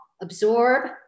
absorb